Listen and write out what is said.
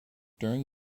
during